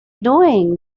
doing